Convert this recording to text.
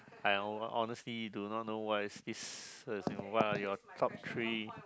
I honestly do not what is this what are your top three